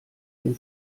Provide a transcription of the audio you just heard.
dem